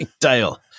Dale